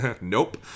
Nope